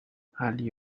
ali